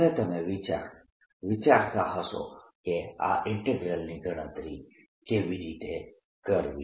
હવે તમે વિચારતા હશો કે આ ઈન્ટીગ્રલની ગણતરી કેવી રીતે કરવી